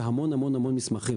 בהמון-המון-המון מסמכים.